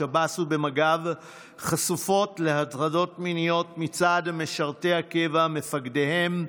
בשב"ס ובמג"ב חשופות להטרדות מיניות מצד משרתי הקבע מפקדיהן,